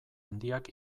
handiak